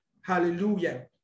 Hallelujah